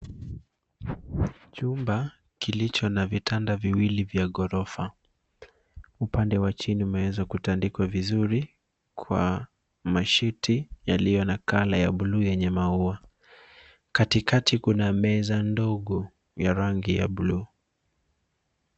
Chumba kilicho na vitanda viwili vya ghorofa. Upande wa chini umeweza kutandikwa vizuri kwa mashiti iliyo na kala ya buluu yenye maua. Katikati kuna meza ndogo ya rangi ya buluu.